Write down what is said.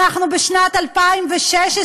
אנחנו בשנת 2016,